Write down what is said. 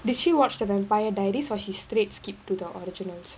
did she watch the vampire diaries or she straight skip to the originals